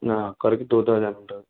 నా ఒకరికి two thousand